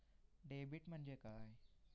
Debit म्हणजे काय?